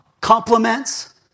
Compliments